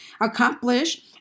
accomplish